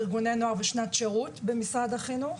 ארגוני נוער ושנות שירות במשרד החינוך.